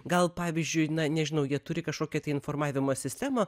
gal pavyzdžiui na nežinau jie turi kažkokią tai informavimo sistemą